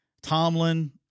Tomlin